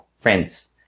friends